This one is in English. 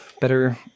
better